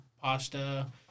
pasta